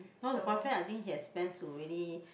no the boyfriend I think he has plans to really